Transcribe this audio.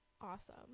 awesome